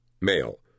Male